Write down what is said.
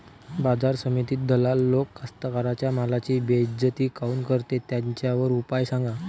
बाजार समितीत दलाल लोक कास्ताकाराच्या मालाची बेइज्जती काऊन करते? त्याच्यावर उपाव सांगा